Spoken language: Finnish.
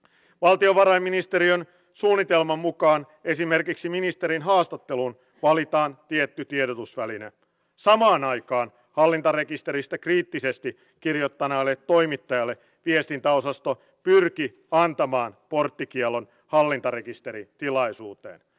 valtiovarainministeriön suunnitelman mukaan esimerkiksi ministerin haastatteluun valitaan tietty ja kun tämä ihminen on vastaanottokeskuksessa hänen osaamisensa pitäisi pystyä aina arvioimaan